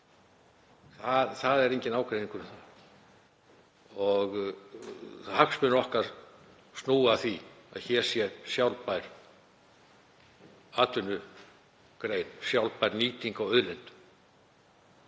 Það er enginn ágreiningur um það og hagsmunir okkar snúa að því að hér sé sjálfbær atvinnugrein, sjálfbær nýting á auðlindum.